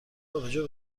آبجو